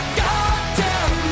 goddamn